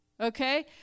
Okay